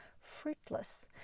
fruitless